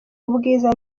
ubwiza